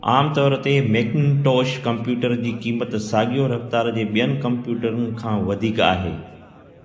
आम तौरि ते मैकिंटोश कंप्यूटर जी क़ीमत साॻियो रफ़्तार जे ॿियनि कंप्यूटरनि खां वधीक आहे